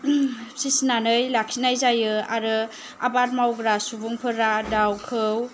फिसिनानै लाखिनाय जायो आरो आबाद मावग्रा सुबुंफोरा दाउखौ